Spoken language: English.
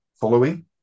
following